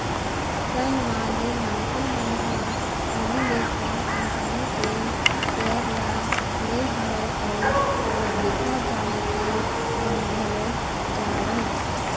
संग म जेन मनखे मन ह पहिली ले कोनो कंपनी के सेयर ल ले हवय अउ ओला बेचना चाहत हें ओमन घलोक जावँय